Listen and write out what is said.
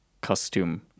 costume